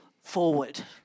forward